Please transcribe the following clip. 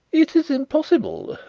it is impossible.